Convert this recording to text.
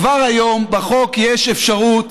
כבר היום בחוק יש אפשרות